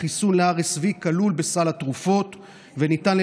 החיסון ל-RSV כלול בסל התרופות וניתן על